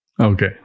okay